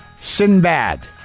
Sinbad